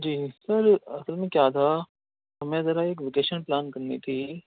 جی sir اصل میں کیا تھا ہمیں ذرا ایک ویکیشن پلان کرنی تھی